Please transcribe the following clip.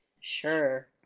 sure